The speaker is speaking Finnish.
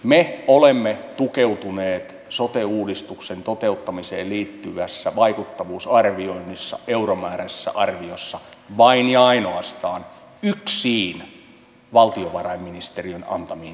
me olemme tukeutuneet sote uudistuksen toteuttamiseen liittyvässä vaikuttavuusarvioinnissa euromääräisessä arviossa vain ja ainoastaan yksiin valtiovarainministeriön antamiin lukuihin